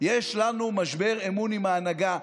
יש לנו משבר אמון עם ההנהגה.